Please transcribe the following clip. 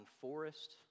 forest